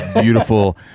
beautiful